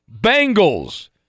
Bengals